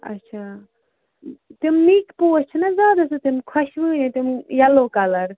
آچھا تِم نِکۍ پوش چھِنَہ حظ آز آسان تِم خۄشوٕنۍ تِم یَلو کَلر